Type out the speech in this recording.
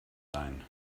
sein